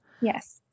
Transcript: Yes